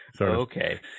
Okay